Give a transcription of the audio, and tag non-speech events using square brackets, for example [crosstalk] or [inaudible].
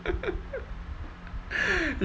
[laughs]